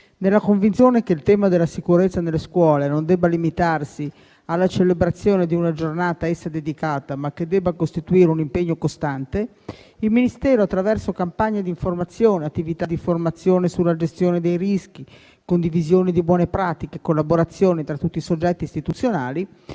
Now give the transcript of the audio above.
Nella convinzione che il tema della sicurezza nelle scuole non debba limitarsi alla celebrazione di una giornata a essa dedicata, ma debba costituire un impegno costante, il Ministero, attraverso campagne di informazione e attività di formazione sulla gestione dei rischi, condivisione di buone pratiche, collaborazione tra tutti i soggetti istituzionali,